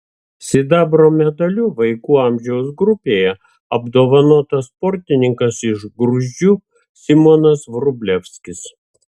sidabro medaliu vaikų amžiaus grupėje apdovanotas sportininkas iš gruzdžių simonas vrublevskis